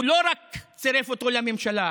הוא לא רק צירף אותו לממשלה,